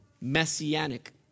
messianic